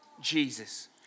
Jesus